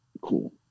Cool